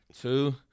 Two